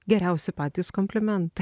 geriausi patys komplimentai